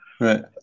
Right